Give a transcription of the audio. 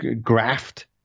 graft